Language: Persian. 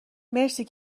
مرسی